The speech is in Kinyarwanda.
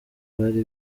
bari